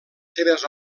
seves